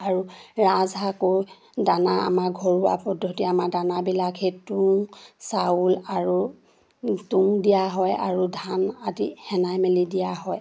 আৰু ৰাজহাঁহকো দানা আমাৰ ঘৰুৱা পদ্ধতি আমাৰ দানাবিলাক সেই তুঁহ চাউল আৰু তুঁহ দিয়া হয় আৰু ধান আদি সেনাই মেলি দিয়া হয়